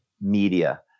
media